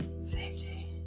Safety